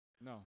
No